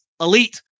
elite